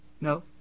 No